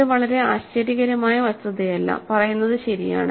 ഇത് വളരെ ആശ്ചര്യകരമായ വസ്തുതയല്ല പറയുന്നത് ശരിയാണ്